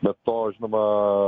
bet to žinoma